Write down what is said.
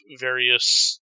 various